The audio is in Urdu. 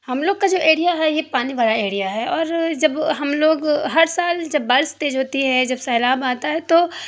ہم لوگ کا جو ایریا ہے یہ پانی بھرا ایریا ہے اور جب ہم لوگ ہر سال جب بارش تیز ہوتی ہے جب سیلاب آتا ہے تو